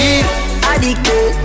Addicted